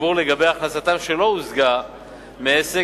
ציבור לגבי הכנסתם שלא הושגה מעסק,